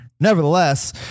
nevertheless